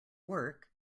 work